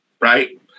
right